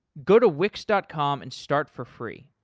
go to wix dot com and start for free!